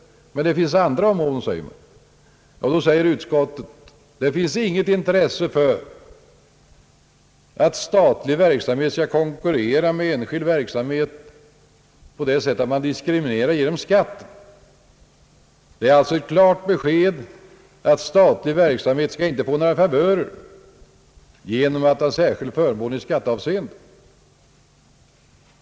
Däremot säger man att det finns andra områden, där staten är favoriserad: Utskottet framhåller emellertid att det inte finns något intresse för att statlig verksamhet skall konkurrera med enskild verksamhet genom att man diskriminerar genom beskattning. Det är således ett klart besked, att statlig verksamhet inte skall få några favörer genom särskilda förmåner i skattehänseende.